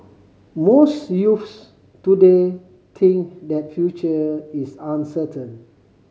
most youths today think that future is uncertain